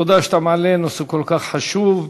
תודה שאתה מעלה נושא כל כך חשוב.